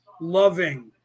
loving